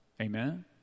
Amen